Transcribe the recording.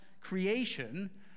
creation